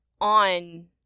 on